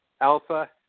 Alpha